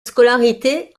scolarité